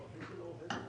(תיקון והוראות שעה),